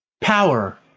Power